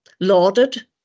lauded